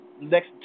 next